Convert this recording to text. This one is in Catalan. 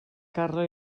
carla